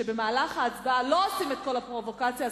שבמהלך ההצבעה לא עושים את כל הפרובוקציה,